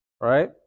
right